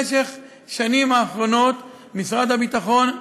בשנים האחרונות משרד הביטחון,